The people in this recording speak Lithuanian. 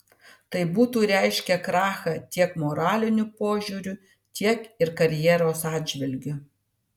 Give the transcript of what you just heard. tai būtų reiškę krachą tiek moraliniu požiūriu tiek ir karjeros atžvilgiu